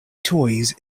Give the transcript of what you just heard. toys